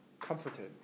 comforted